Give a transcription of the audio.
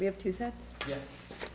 we have to say yes